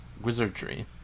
Wizardry